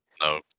No